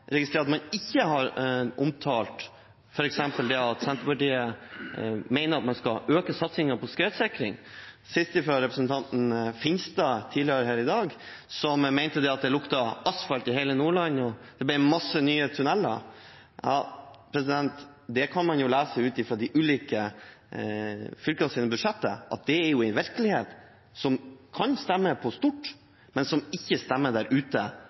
at man f.eks. ikke har omtalt det at Senterpartiet mener at man skal øke satsingen på skredsikring, sist fra representanten Finstad, som mente det luktet asfalt i hele Nordland, og at det ble mange nye tunneler. Det kan man lese ut fra de ulike fylkenes budsjetter – at det er en virkelighet som kan stemme i stort, men som ikke stemmer der ute